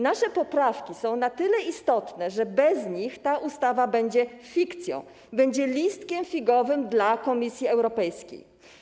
Nasze poprawki są na tyle istotne, że bez nich ta ustawa będzie fikcją, będzie listkiem figowym dla Komisji Europejskiej.